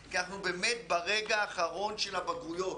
כי אנחנו באמת ברגע האחרון של הבגרויות,